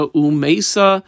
umesa